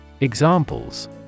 Examples